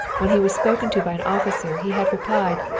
when he was spoken to by an officer he had replied,